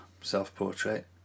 self-portrait